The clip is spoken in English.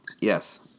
Yes